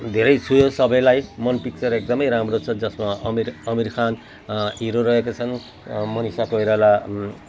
धेरै छोयो सबैलाई मन पिक्चर एकदमै राम्रो छ जसमा अमिर अमिर खान हिरो रहेका छन् मनिषा कोइराला